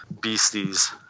beasties